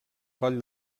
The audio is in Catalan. coll